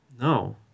No